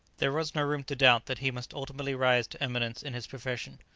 there was no room to doubt that he must ultimately rise to eminence in his profession,